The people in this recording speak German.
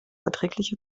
erträglicher